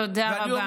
תודה רבה.